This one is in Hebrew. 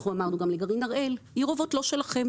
אנחנו אמרנו גם לגרעין הראל עיר אובות לא שלכם.